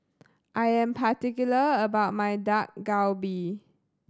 I am particular about my Dak Galbi